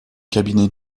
cabinet